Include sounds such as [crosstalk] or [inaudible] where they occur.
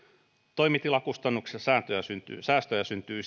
toimitilakustannuksissa säästöjä syntyy säästöjä syntyy [unintelligible]